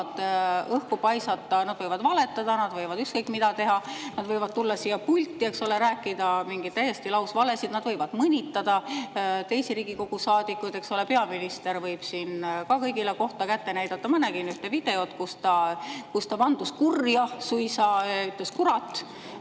nad võivad õhku paisata [mida iganes], võivad valetada, võivad ükskõik mida teha. Nad võivad tulla siia pulti ja rääkida täiesti lausvalesid, nad võivad mõnitada teisi Riigikogu saadikuid, eks ole. Peaminister võib siin kõigile kohta kätte näidata. Ma nägin ühte videot, kus ta suisa vandus kurja, ütles "kurat",